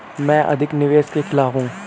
मैं अधिक निवेश के खिलाफ हूँ